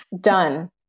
Done